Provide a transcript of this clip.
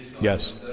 Yes